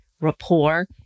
rapport